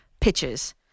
pitches